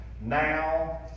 now